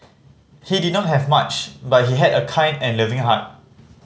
he did not have much but he had a kind and loving heart